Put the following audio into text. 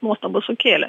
nuostabą sukėlė